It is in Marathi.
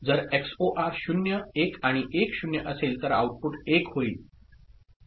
जर XOR 0 1 आणि 1 0 असेल तर आउटपुट 1 होईल